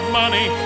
money